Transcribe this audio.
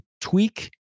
tweak